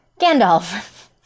Gandalf